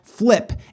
Flip